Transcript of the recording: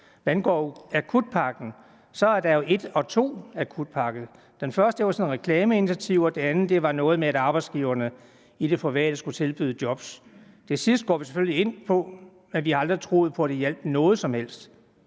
Hvad angår akutpakken, er der jo akutpakke et og to. Den første var sådan et reklameinitiativ, og den anden var noget med, at arbejdsgiverne i det private skulle tilbyde job. Det sidste går vi selvfølgelig ind på, men vi har aldrig troet på, at det hjalp noget som helst.